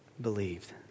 believed